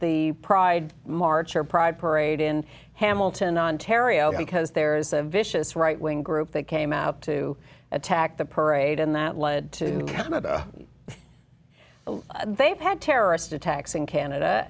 the pride march or pride parade in hamilton ontario because there is a vicious right wing group that came out to attack the parade and that led to come about they've had terrorist attacks in canada